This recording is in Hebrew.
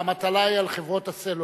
המטלה היא על חברות הסלולר.